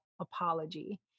apology